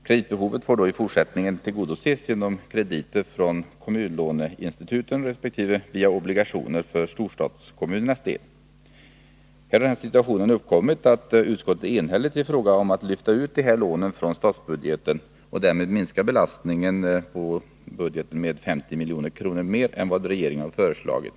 Kreditbehovet får i fortsättningen tillgodoses genom krediter från kommunlåneinstituten resp. via obligationer för storstadskommunernas del. Här har den situationen uppkommit att utskottet är enhälligt i fråga om att lyfta ut de här lånen från statsbudgeten och därmed minska belastningen på budgeten med 50 milj.kr. utöver vad regeringen föreslagit.